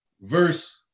verse